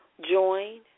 Join